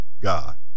God